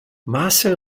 marcel